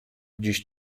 dziś